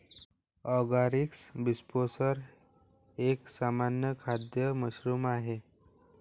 Agaricus bisporus एक सामान्य खाद्य मशरूम आहे